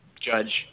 judge